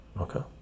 Okay